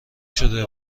شده